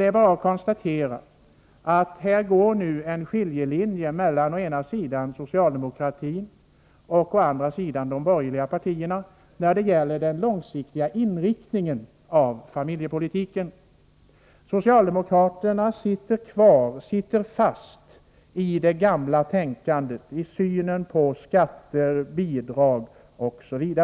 Det är bara att konstatera att det går en skiljelinje mellan å ena sidan socialdemokratin och å den andra de borgerliga partierna när det gäller den långsiktiga inriktningen av familjepolitiken. Socialdemokraterna sitter fast i det gamla tänkandet när det gäller synen på skatter, bidrag osv.